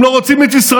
הם לא רוצים את ישראל.